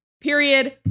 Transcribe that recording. period